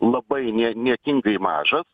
labai nie niekingai mažas